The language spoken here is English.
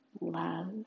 Love